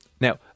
Now